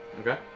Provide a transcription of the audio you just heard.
Okay